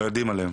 לא יודעים עליהם.